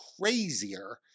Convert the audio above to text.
crazier